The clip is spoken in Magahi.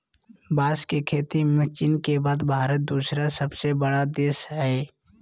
बांस के खेती में चीन के बाद भारत दूसरा सबसे बड़ा देश हइ